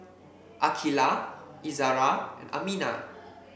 Aqilah Izara and Aminah